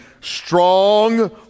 strong